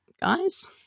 guys